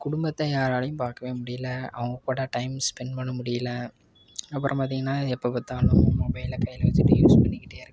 குடும்பத்தை யாராலையும் பார்க்கவே முடியலை அவங்கள்கூட டைம் ஸ்பெண்ட் பண்ணமுடியலை அப்புறம் பார்த்திங்கன்னா எப்போப்பாத்தாலும் மொபைலில் கையில வச்சிவிட்டு யூஸ் பண்ணிக்கிட்டே இருக்காங்க